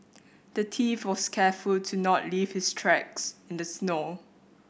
the thief was careful to not leave his tracks in the snow